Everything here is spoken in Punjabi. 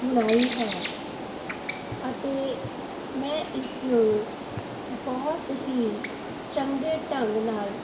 ਬੁਣਾਈ ਹੈ ਅਤੇ ਮੈਂ ਇਸ ਨੂੰ ਬਹੁਤ ਹੀ ਚੰਗੇ ਢੰਗ ਨਾਲ